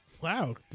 Wow